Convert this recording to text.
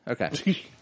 Okay